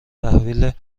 تحویل